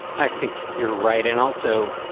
i think you're right. and also,